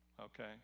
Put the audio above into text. okay